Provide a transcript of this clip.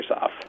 off